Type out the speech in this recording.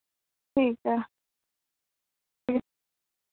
ठीक ऐ